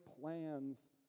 plans